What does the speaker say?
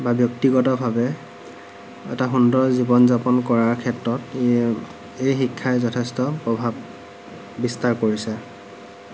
বা ব্যক্তিগতভাৱে এটা সুন্দৰ জীৱন যাপন কৰাৰ ক্ষেত্ৰত ই এই শিক্ষাই যথেষ্ট প্ৰভাৱ বিস্তাৰ কৰিছে